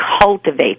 cultivate